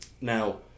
Now